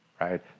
right